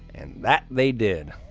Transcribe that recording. and that they did.